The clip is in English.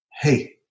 hey